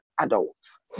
adults